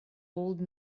old